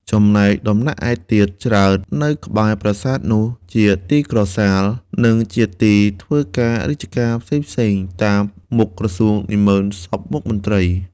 ចំណែកដំណាក់ឯទៀតច្រើននៅកែ្បរប្រាសាទនោះជាទីក្រសាល និងជាទីធ្វើការរាជការផេ្សងៗ តាមមុខក្រសួងនាហ្មឺនសព្វមុខមន្រ្តី។